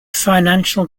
financial